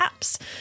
apps